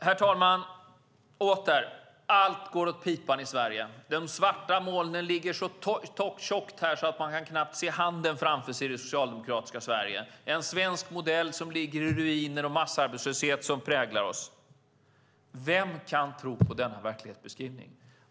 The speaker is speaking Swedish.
Herr talman! Åter: Allt går åt pipan i Sverige. De svarta molnen ligger så tjockt här att man knappt kan se handen framför sig i det socialdemokratiska Sverige - en svensk modell som ligger i ruiner och massarbetslöshet som präglar oss. Vem kan tro på denna verklighetsbeskrivning?